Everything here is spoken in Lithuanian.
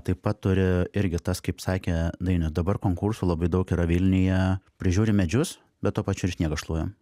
taip pat turi irgi tas kaip sakė dainius dabar konkursų labai daug yra vilniuje prižiūri medžius bet tuo pačiu ir sniegą šluoja